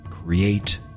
create